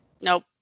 Nope